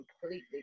completely